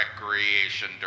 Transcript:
recreation